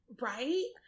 Right